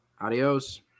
Adios